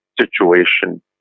situation